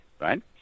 right